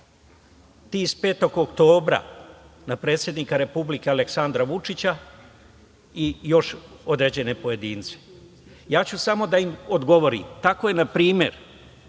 ti iz 5. oktobra na predsednika Republike Aleksandra Vučića i još određene pojedince. Ja ću samo da im odgovorim. Tako je na primer